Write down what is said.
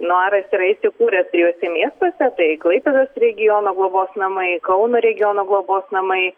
nuaras yra įsikūręs trijuose miestuose tai klaipėdos regiono globos namai kauno regiono globos namai